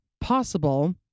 possible